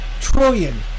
Trillion